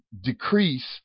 decrease